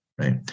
right